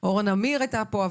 כשאורה נמיר היתה פה.